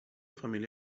família